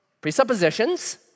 presuppositions